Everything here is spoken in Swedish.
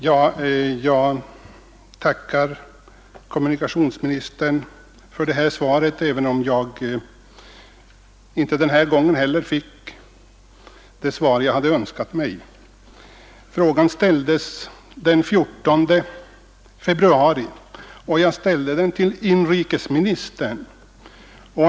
Herr talman! Jag tackar kommunikationsministern för svaret på min fråga, även om jag inte denna gång heller fick det svar jag hade önskat mig. Frågan ställdes den 14 februari, och jag riktade den till inrikesministern.